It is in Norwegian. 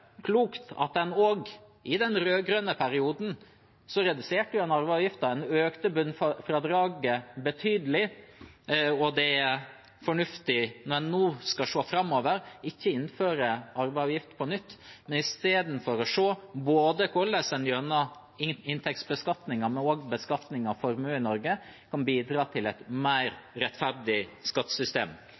klokt at en i den rød-grønne perioden reduserte arveavgiften. En økte bunnfradraget betydelig, og når en nå skal se framover, er det fornuftig ikke å innføre arveavgift på nytt, men i stedet se på hvordan en gjennom både inntektsbeskatningen og beskatningen av formue i Norge kan bidra til et mer rettferdig skattesystem.